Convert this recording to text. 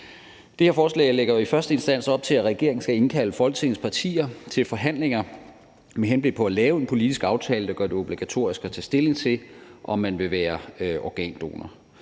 Det her forslag lægger jo i første instans op til, at regeringen skal indkalde Folketingets partier til forhandlinger med henblik på at lave en politisk aftale, der gør det obligatorisk at tage stilling til, om man vil være organdonor.